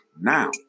now